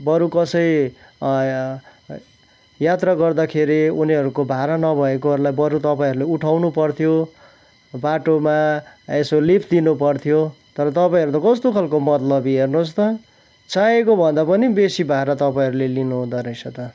बरू कसै यात्रा गर्दाखेरि उनीहरूको भाडा नभएकोहरूलाई बरू तपाईँहरूले उठाउनु पर्थ्यो बाटोमा यसो लिफ्ट दिनु पर्थ्यो तर तपाईँहरू त कस्तो खालको मतलबी हेर्नुहोस् त चाहेकोभन्दा पनि बेसी भाडा तपाईँहरूले लिनु हुँदो रहेछ त